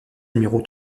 numéro